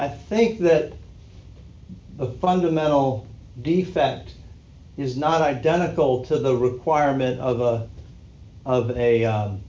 i think the a fundamental defect is not identical to the requirement of a of a